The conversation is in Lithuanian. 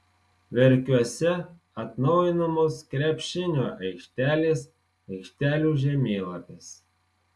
verkiuose atnaujinamos krepšinio aikštelės aikštelių žemėlapis